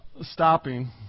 stopping